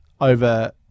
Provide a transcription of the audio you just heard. over